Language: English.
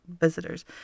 visitors